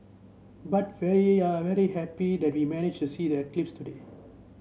but very very happy that we managed to see the eclipse today